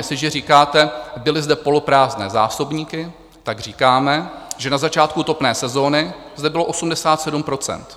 Jestliže říkáte: Byly zde poloprázdné zásobníky tak říkáme, že na začátku topné sezony zde bylo 87 %.